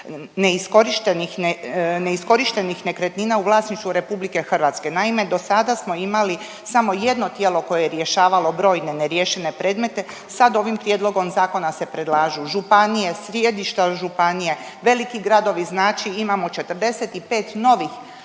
neiskorištenih nekretnina u vlasništvu RH. Naime, do sada smo imali samo jedno tijelo koje je rješavalo brojne neriješene predmete, sad ovim prijedlogom zakona se predlažu županije, sjedišta županije, veliki gradovi znači imamo 45 novih